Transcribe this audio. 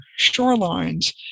shorelines